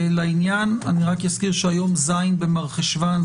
אני רק אזכיר שהיום ז' במרחשוון,